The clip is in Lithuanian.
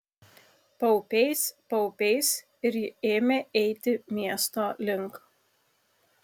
paupiais paupiais ir ji ėmė eiti miesto link